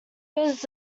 was